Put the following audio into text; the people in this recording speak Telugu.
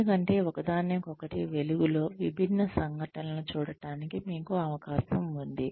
ఎందుకంటే ఒకదానికొకటి వెలుగులో విభిన్న సంఘటనలను చూడటానికి మీకు అవకాశం ఉంది